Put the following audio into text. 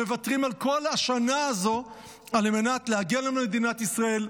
מוותרים על כל השנה הזו על מנת להגן על מדינת ישראל,